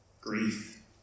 grief